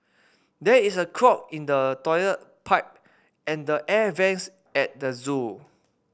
there is a clog in the toilet pipe and the air vents at the zoo